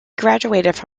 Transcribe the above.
graduated